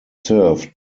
served